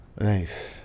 Nice